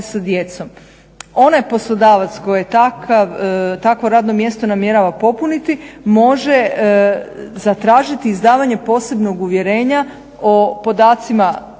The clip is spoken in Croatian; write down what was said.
Onaj poslodavac koji takvo radno mjesto namjerava popuniti može zatražiti izdavanje posebnog uvjerenja o podacima